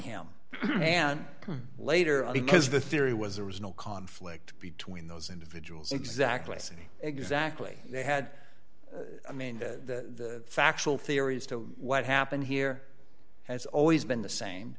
him and later on because the theory was there was no conflict between those individuals exactly i see exactly they had i mean the factual theory as to what happened here has always been the same